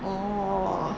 orh